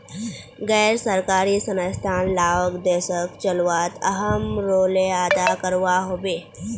गैर सरकारी संस्थान लाओक देशोक चलवात अहम् रोले अदा करवा होबे